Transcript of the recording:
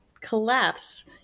collapse